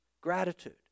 Gratitude